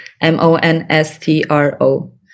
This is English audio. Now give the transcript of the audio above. M-O-N-S-T-R-O